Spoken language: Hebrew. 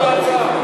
תקדם את ההצעה.